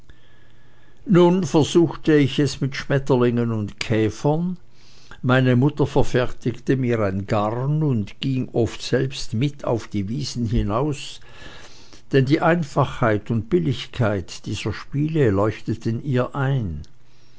nun versuchte ich es mit den schmetterlingen und käfern meine mutter verfertigte mir ein garn und ging oft selbst mit mir auf die wiesen hinaus denn die einfachheit und billigkeit dieser spiele leuchteten ihr ein